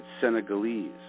Senegalese